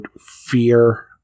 fear